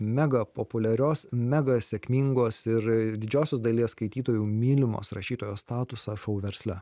mega populiarios mega sėkmingos ir didžiosios dalies skaitytojų mylimos rašytojos statusą šou versle